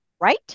Right